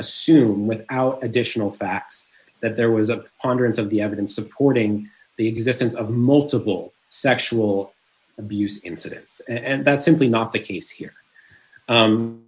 assume without additional facts that there was a armbands of the evidence supporting the existence of multiple sexual abuse incidents and that's simply not the case here